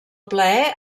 plaer